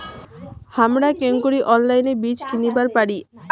হামরা কেঙকরি অনলাইনে বীজ কিনিবার পারি?